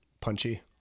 punchy